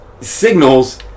Signals